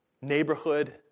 neighborhood